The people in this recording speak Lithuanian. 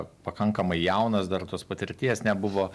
pakankamai jaunas dar tos patirties nebuvo